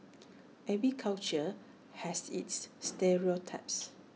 every culture has its stereotypes